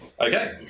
Okay